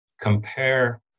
compare